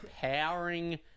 powering